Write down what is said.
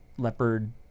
leopard